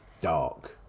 dark